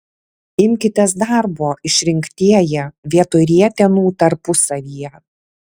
imkitės darbo išrinktieji vietoj rietenų tarpusavyje